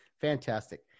Fantastic